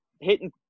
hitting